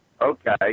Okay